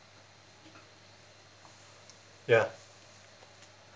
ya